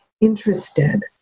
interested